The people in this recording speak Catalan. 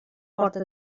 porta